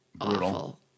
awful